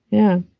yeah.